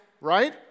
right